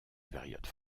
période